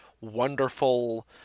wonderful